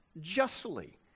justly